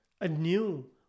anew